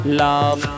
love